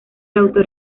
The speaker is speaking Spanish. autor